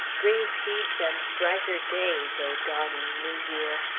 bring peace and brighter days, o dawning new year.